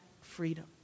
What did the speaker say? freedom